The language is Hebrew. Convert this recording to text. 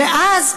ואז,